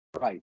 Right